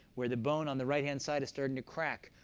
where the bone on the right hand side is starting to crack,